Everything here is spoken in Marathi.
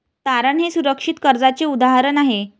तारण हे सुरक्षित कर्जाचे उदाहरण आहे